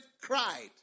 cried